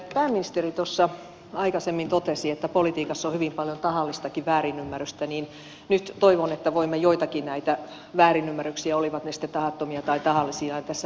kun pääministeri tuossa aikaisemmin totesi että politiikassa on hyvin paljon tahallistakin väärinymmärrystä niin nyt toivon että voimme joitakin näitä väärinymmärryksiä olivat ne sitten tahattomia tai tahallisia tässä oikoa